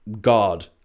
God